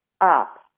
up